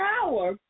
Power